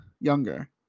Younger